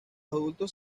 adultos